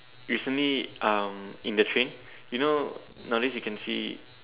recently um in the train you know nowadays you can see